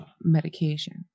medication